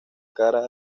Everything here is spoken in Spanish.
cara